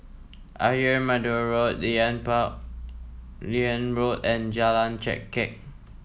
Ayer Merbau Road Liane Liane Road and Jalan Chengkek